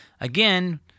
again